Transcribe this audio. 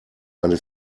eine